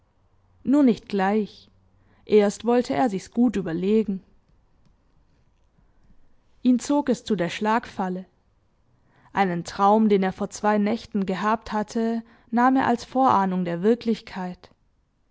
nur nicht gleich erst wollte er sich's gut überlegen ihn zog es zu der schlagfalle einen traum den er vor zwei nächten gehabt hatte nahm er als vorahnung der wirklichkeit